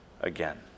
again